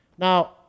Now